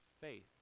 faith